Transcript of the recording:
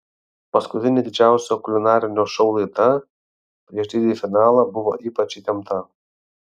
paskutinė didžiausio kulinarinio šou laida prieš didįjį finalą buvo ypač įtempta